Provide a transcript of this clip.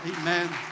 Amen